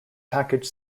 package